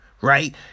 right